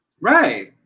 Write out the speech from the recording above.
Right